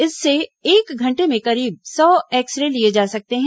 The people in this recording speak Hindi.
इससे एक घंटे में करीब सौ एक्स रे लिए जा सकते हैं